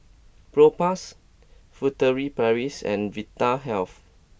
Propass Furtere Paris and Vitahealth